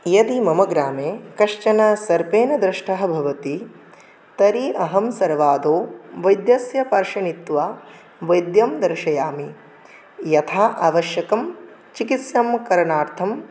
यदि मम ग्रामे कश्चन सर्पेण दष्टः भवति तर्हि अहं सर्वादौ वैद्यस्य पार्श्वे नीत्वा वैद्यं दर्शयामि यथा आवश्यकं चिकित्साकरणार्थं